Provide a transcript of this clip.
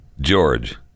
George